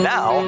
Now